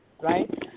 right